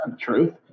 truth